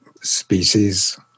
species